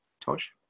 Tosh